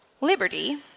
liberty